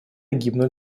гибнут